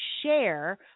share